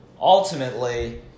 ultimately